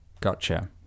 gotcha